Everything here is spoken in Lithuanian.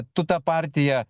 tu ta partija